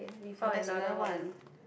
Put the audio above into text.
so that's another one